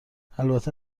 البته